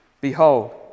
Behold